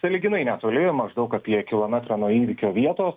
sąlyginai netoli maždaug apie kilometrą nuo įvykio vietos